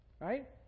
Right